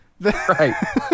right